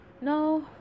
No